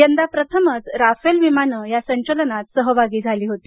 यंदा प्रथमच राफेल विमाने या संचलनात सहभागी झाली होती